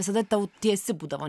visada tau tiesi būdavo